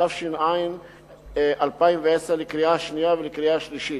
התש"ע 2010, לקריאה שנייה ולקריאה שלישית.